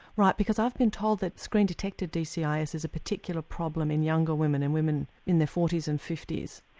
right, because i've been told that screen detected dcis is a particular problem in younger women, in women in their forty s and fifty s.